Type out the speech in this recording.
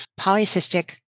polycystic